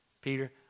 Peter